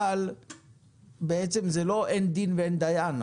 אבל בעצם זה לא אין דין ואין דיין,